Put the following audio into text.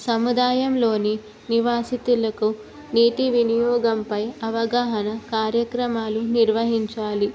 సముదాయంలోని నివాసితులకు నీటి వినియోగంపై అవగాహన కార్యక్రమాలు నిర్వహించాలి